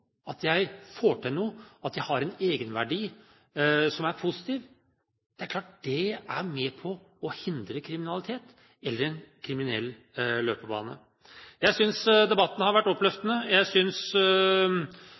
at jeg får til noe, at jeg har en egenverdi som er positiv. Det er klart at det er med på å hindre kriminalitet eller en kriminell løpebane. Jeg synes debatten har vært